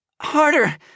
harder